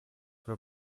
were